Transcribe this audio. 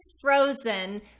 frozen